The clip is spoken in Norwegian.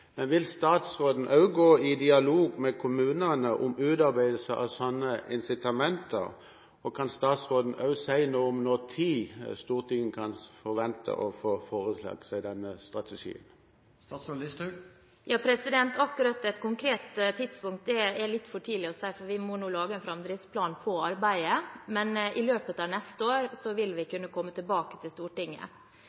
men vil statsråden også gå i dialog med kommunene om utarbeidelse av slike incitamenter, og kan statsråden også si noe om når Stortinget kan forvente å få seg forelagt denne strategien? Akkurat det konkrete tidspunktet er litt for tidlig å si, for vi må nå lage en framdriftsplan på arbeidet. Men i løpet av neste år vil vi kunne komme tilbake til Stortinget. Så vil